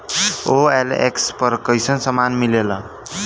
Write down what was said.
OLX पर कइसन सामान मीलेला?